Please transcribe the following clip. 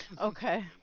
Okay